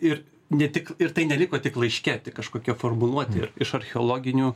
ir ne tik ir tai neliko tik laiške tik kažkokia formuluotė iš archeologinių